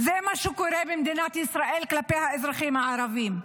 זה מה שקורה במדינת ישראל כלפי האזרחים הערבים.